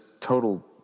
total